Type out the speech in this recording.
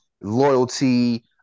loyalty